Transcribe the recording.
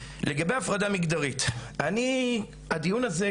לגבי הפרדה מגדרית: הדיון הזה,